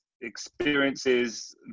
experiences